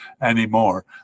anymore